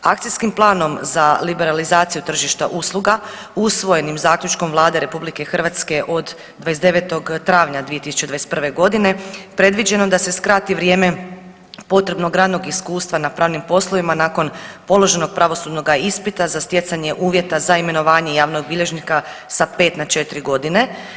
Akcijskim planom za liberalizaciju tržišta usluga usvojenim zaključkom Vlade RH od 29. travnja 2021.g. predviđeno da se skrati vrijeme potrebnog radnog iskustva na pravnim poslovima nakon položenog pravosudnoga ispita za stjecanje uvjeta za imenovanje javnog bilježnika sa 5 na 4.g.